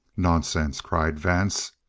nonsense! cried vance.